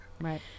right